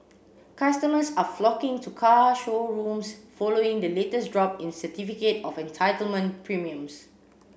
customers are flocking to car showrooms following the latest drop in certificate of entitlement premiums